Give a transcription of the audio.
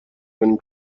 کنیم